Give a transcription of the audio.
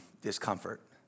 discomfort